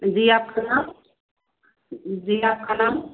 जी आपका नाम जी आपका नाम